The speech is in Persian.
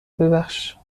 ببخش